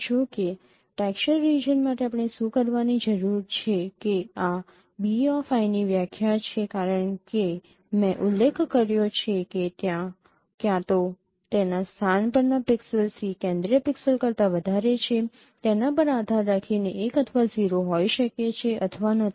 જો કે texture region માટે આપણે શું કરવાની જરૂર છે કે આ b ની વ્યાખ્યા છે કારણ કે મેં ઉલ્લેખ કર્યો છે કે તે ક્યાં તો તેના સ્થાન પરનાં પિક્સેલ c કેન્દ્રીય પિક્સેલ કરતા વધારે છે તેના પર આધાર રાખીને 1 અથવા 0 હોઈ શકે છે અથવા નથી